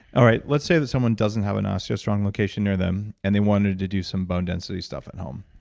all right. let's say that someone doesn't have an osteostrong location near them and they wanted to do some bone density stuff at home.